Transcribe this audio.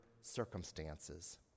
circumstances